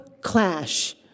clash